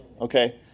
Okay